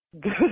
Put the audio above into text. good